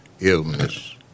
illness